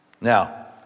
Now